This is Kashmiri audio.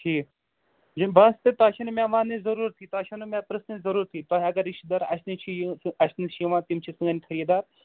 ٹھیٖک ہَے بَس تہٕ تۅہہِ چھَو نہٕ مےٚ وننٕچ ضروٗرتٕے تۅہہِ چھُوٕ نہٕ مےٚ پرٕٛژھنٕچ ضروٗرتٕے تۅہہِ اَگر رِشتہٕ دار اَسہِ نِش چھِ یو اَسہِ نِش چھِ یوان تِم چھِ سٲنۍ خریٖدار